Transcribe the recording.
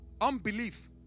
Unbelief